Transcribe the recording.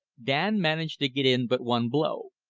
dan managed to get in but one blow.